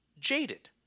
jaded